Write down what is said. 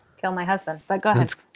you know my husband forgot that's